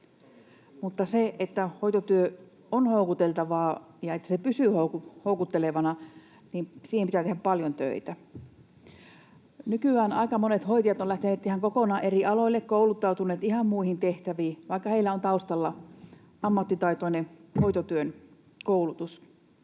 Mutta jotta hoitotyö on houkuttelevaa ja jotta se pysyy houkuttelevana, siihen pitää tehdä paljon töitä. Nykyään aika monet hoitajat ovat lähteneet ihan kokonaan eri aloille, kouluttautuneet ihan muihin tehtäviin, vaikka heillä on taustalla ammattitaitoinen hoitotyön koulutus.